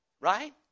Right